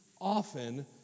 often